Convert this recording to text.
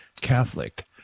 Catholic